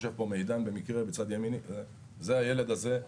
יושב פה לימיני במקרה מידן, הילד הזה,